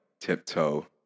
tiptoe